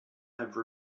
have